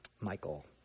Michael